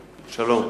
שלום.